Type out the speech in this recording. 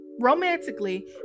romantically